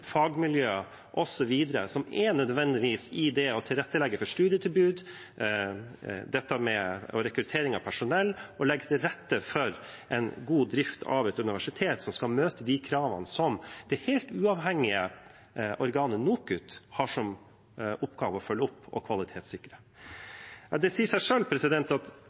fagmiljø, osv. – det som nødvendigvis ligger i det å legge til rette for studietilbud og rekruttering av personell og å legge til rette for en god drift av et universitet som skal møte de kravene som det helt uavhengige organet NOKUT har som oppgave å følge opp og kvalitetssikre? Det sier seg selv at